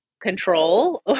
control